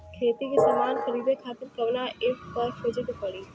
खेती के समान खरीदे खातिर कवना ऐपपर खोजे के पड़ी?